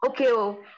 okay